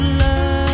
love